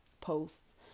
posts